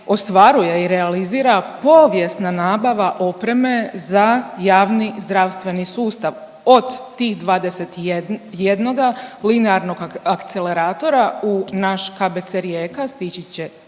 ostvaruje i realizira povijesna nabava opreme za javni zdravstveni sustav. Od tih 21 linearnog akceleratora u naš KBC Rijeka stići će